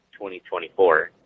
2024